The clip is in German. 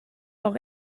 auch